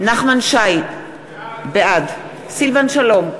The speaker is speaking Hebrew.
נחמן שי, בעד סילבן שלום,